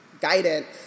guidance